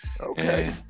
Okay